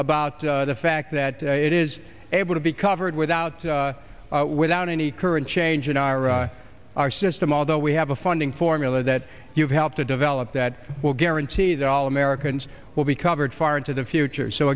about the fact that it is able to be covered without without any current change in iraq our system although we have a funding formula that you've helped to develop that will guarantee that all americans will be covered far into the future so